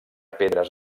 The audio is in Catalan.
pedres